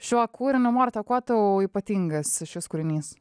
šiuo kūriniu morta kuo tau ypatingas šis kūrinys